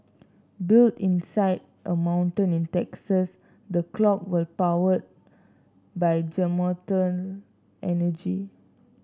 built inside a mountain in Texas the clock will powered by geothermal energy